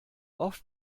oft